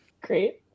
Great